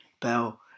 bell